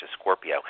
Scorpio